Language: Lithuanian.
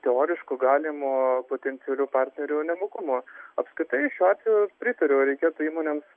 teoriško galimo potencialių partnerių nemokumo apskritai šiuo atveju pritariu reikėtų įmonėms